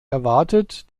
erwartet